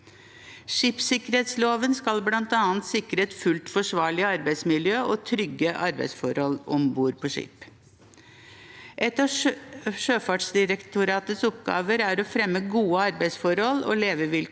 Skipssikkerhetsloven skal bl.a. sikre et fullt forsvarlig arbeidsmiljø og trygge arbeidsforhold om bord på skip. En av Sjøfartsdirektoratets oppgaver er å fremme gode arbeidsforhold og levevilkår